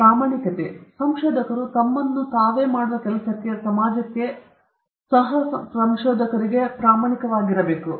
ಒಂದು ಪ್ರಾಮಾಣಿಕತೆ ಸಂಶೋಧಕರು ತಮ್ಮನ್ನು ತಾನೇ ಮಾಡುವ ಕೆಲಸಕ್ಕೆ ಸಮಾಜಕ್ಕೆ ಸಹ ಸಂಶೋಧಕರಿಗೆ ಪ್ರಾಮಾಣಿಕತೆ ನೀಡುತ್ತಾರೆ